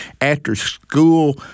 after-school